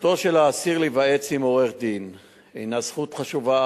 זכותו של האסיר להיוועץ בעורך-דין הינה זכות חשובה,